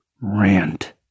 Rant